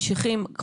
בנוסף,